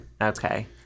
Okay